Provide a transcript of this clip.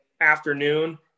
afternoon